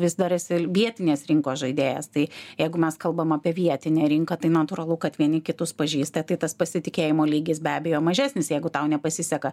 vis dar esi vietinės rinkos žaidėjas tai jeigu mes kalbam apie vietinę rinką tai natūralu kad vieni kitus pažįsta tai tas pasitikėjimo lygis be abejo mažesnis jeigu tau nepasiseka